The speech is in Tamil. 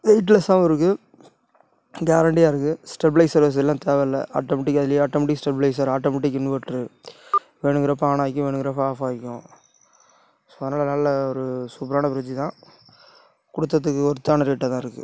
வெய்ட்லெஸ்ஸாகவும் இருக்கு கேரண்டியாக இருக்கு ஸ்டெப்லைஸர் வசதிலாம் தேவயில்லை ஆட்டோமெட்டிக்காக அதுலையே ஆட்டோமெட்டிக் ஸ்டெப்லைஸர் ஆட்டோமெட்டிக் இன்வெர்ட்ரு வேணுங்கறப்போ ஆனாயிக்கும் வேணுங்கறப்போ ஆஃபாயிக்கும் ஸோ அதனால நல்ல ஒரு சூப்பரான ப்ரிஜ்ஜு தான் கொடுத்ததுக்கு ஒர்த்தான ரேட்டாகதான் இருக்கு